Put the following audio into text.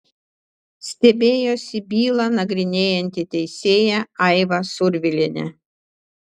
stebėjosi bylą nagrinėjanti teisėja aiva survilienė